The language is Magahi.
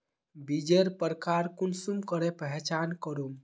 बीजेर प्रकार कुंसम करे पहचान करूम?